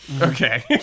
Okay